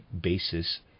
basis